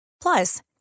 Plus